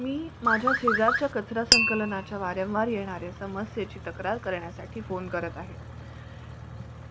मी माझ्या शेजारच्या कचरा संकलनाच्या वारंवार येणाऱ्या समस्येची तक्रार करण्यासाठी फोन करत आहे